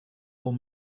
old